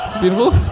Beautiful